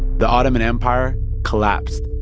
the ottoman empire collapsed,